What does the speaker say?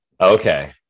okay